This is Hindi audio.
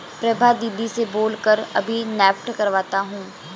प्रभा दीदी से बोल कर अभी नेफ्ट करवाता हूं